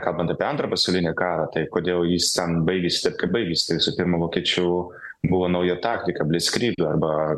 kalbant apie antrą pasaulinį karą tai kodėl jis ten baigėsi taip kaip baigėsi tai visų pirma vokiečių buvo nauja taktika blickryg arba